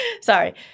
Sorry